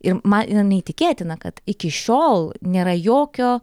ir man yra neįtikėtina kad iki šiol nėra jokio